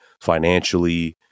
financially